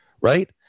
right